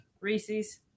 Reese's